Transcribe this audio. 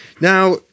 Now